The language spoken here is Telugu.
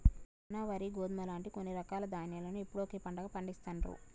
జొన్న, వరి, గోధుమ లాంటి కొన్ని రకాల ధాన్యాలను ఎప్పుడూ ఒకే పంటగా పండిస్తాండ్రు